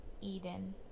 Eden